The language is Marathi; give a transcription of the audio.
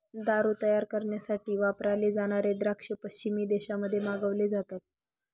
दारू तयार करण्यासाठी वापरले जाणारे द्राक्ष पश्चिमी देशांमध्ये मागवले जातात